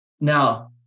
now